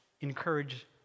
encourage